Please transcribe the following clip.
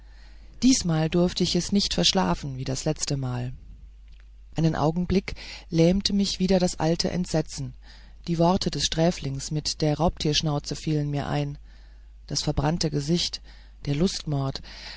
diesmal durfte ich es nicht verschlafen wie das letztemal einen augenblick lähmte mich wieder das alte entsetzen die worte des sträflings mit der raubtierschnauze fielen mir ein das verbrannte gesicht der lustmord